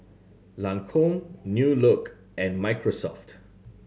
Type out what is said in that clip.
Lancome New Look and Microsoft